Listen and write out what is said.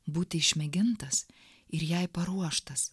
būti išmėgintas ir jai paruoštas